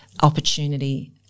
opportunity